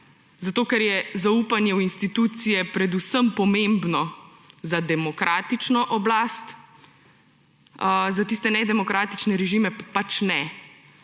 vlada? Ker je zaupanje v institucije predvsem pomembno za demokratično oblast, za tiste nedemokratične režime pa pač ne.